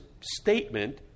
statement